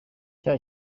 cya